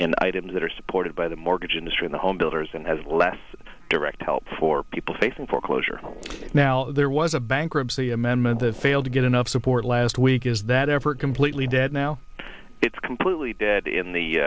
and items that are supported by the mortgage industry the homebuilders and has less direct help for people facing foreclosure now there was a bankruptcy amendment that failed to get enough support last week is that ever completely dead now it's completely dead in the